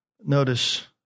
Notice